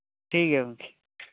ᱴᱷᱤᱠ ᱜᱮᱭᱟ ᱜᱚᱢᱠᱮ